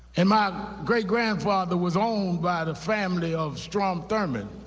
and my great-grandfather was owned by the family of strom thurmond,